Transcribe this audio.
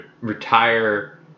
retire